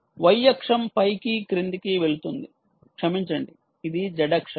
y అక్షం పైకి క్రిందికి వెళుతుంది క్షమించండి ఇది z అక్షం